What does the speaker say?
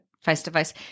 face-to-face